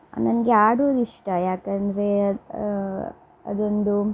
ನನಗೆ ಆಡೋದು ಇಷ್ಟ ಯಾಕಂದರೆ ಅದೊಂದು